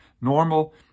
normal